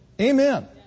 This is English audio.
Amen